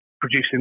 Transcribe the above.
producing